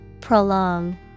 Prolong